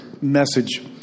message